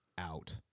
out